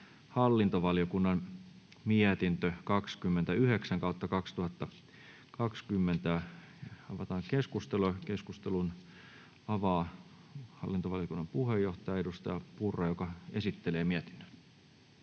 hallintovaliokunnan mietintö HaVM 29/2020 vp. Keskustelun avaa hallintovaliokunnan puheenjohtaja, edustaja Purra, joka esittelee mietinnön.